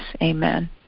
Amen